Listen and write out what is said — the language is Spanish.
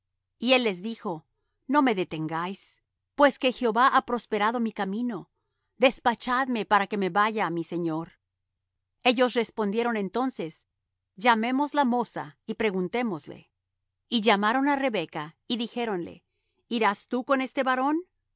y él les dijo no me detengáis pues que jehová ha prosperado mi camino despachadme para que me vaya á mi señor ellos respondieron entonces llamemos la moza y preguntémosle y llamaron á rebeca y dijéronle irás tú con este varón